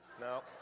No